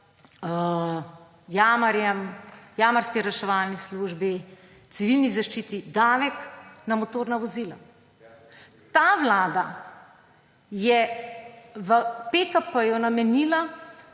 jamarjem, jamarski reševalni službi, civilni zaščiti davek na motorna vozila. Ta vlada je v PKP-ju namenila